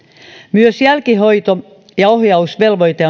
myös jälkihoito ja ohjausvelvoite